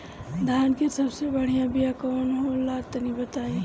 धान के सबसे बढ़िया बिया कौन हो ला तनि बाताई?